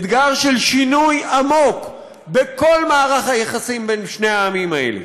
אתגר של שינוי עמוק בכל מערך היחסים בין שני העמים האלה.